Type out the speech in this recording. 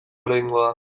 oraingoa